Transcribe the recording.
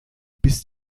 bis